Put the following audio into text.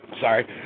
sorry